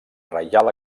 reial